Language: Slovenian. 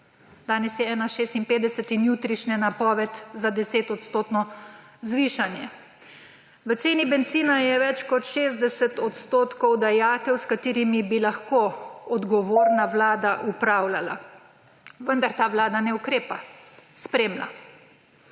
danes je 1,56 in jutrišnja napoved je za 10 odstotno zvišanje. V ceni bencina je več kot 60 odstotkov dajatev, s katerimi bi lahko odgovorna vlada upravljanja. Vendar ta vlada ne ukrepa. Spremlja.